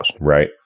Right